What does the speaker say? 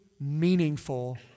meaningful